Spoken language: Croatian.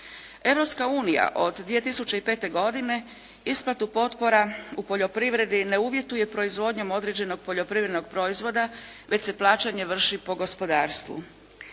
Europska unija od 2005. godine isplatu potpora u poljoprivredi ne uvjetuje proizvodnjom određenog poljoprivrednog proizvoda već se plaćanje vrši po gospodarstvu.